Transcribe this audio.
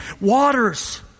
waters